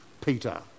Peter